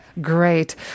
Great